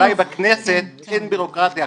אולי בכנסת אין בירוקרטיה,